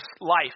life